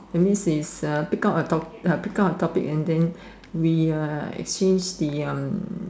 that means is uh pick up a top pick up a topic and then we uh exchange the um